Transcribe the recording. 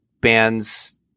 bands